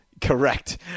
Correct